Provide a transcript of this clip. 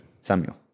Samuel